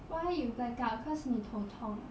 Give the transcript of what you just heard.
why you black out cause 你头痛